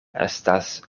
estas